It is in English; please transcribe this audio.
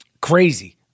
Crazy